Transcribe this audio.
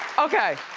okay.